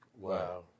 Wow